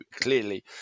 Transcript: clearly